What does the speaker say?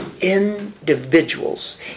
individuals